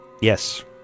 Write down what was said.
Yes